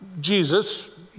Jesus